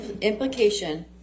implication